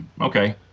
okay